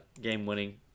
game-winning